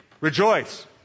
rejoice